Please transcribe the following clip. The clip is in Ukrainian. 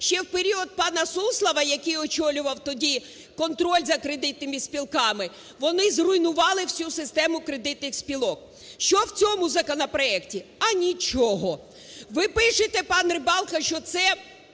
Ще в період пана Суслова, який очолював тоді контроль за кредитними спілками, вони зруйнували всю систему кредитних спілок. Що в цьому законопроекті? А нічого! Ви пишете, пан Рибалка, що це